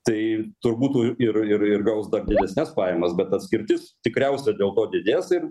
tai turbūt tų ir ir ir gaus dar didesnes pajamas bet atskirtis tikriausiai dėl to didės ir